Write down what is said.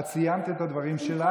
את סיימת את הדברים שלך.